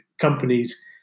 companies